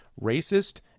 racist